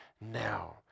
now